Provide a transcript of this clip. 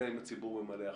אלא אם הציבור ממלא אחריהן.